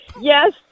Yes